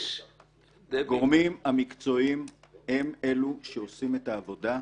הגורמים המקצועיים הם אלו שעושים את העבודה.